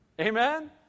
Amen